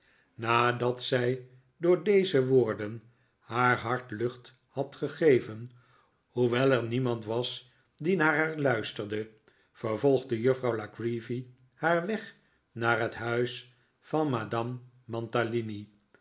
nadat zij door deze woorden haar hart lucht had gegeven hoewel er niemand was die naar haar luisterde vervolgde juffrouw la creevy haar weg naar het huis van madame